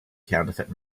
counterfeit